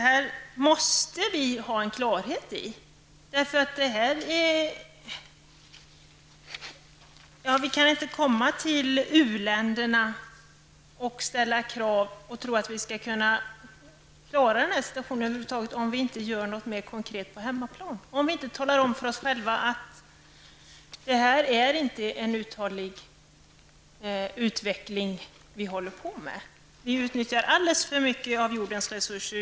Här måste vi få klarhet om vad som gäller. Vi kan inte ställa krav på u-länderna och tro att vi skall klara situationen över huvud taget om vi inte själva vidtar mer konkreta åtgärder på hemmaplan. Vi måste göra klart för oss själva att det vi håller på med inte leder till en hållbar utveckling. I stället utnyttjar vi alldeles för mycket av jordens resurser.